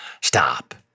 Stop